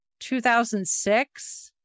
2006